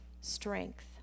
strength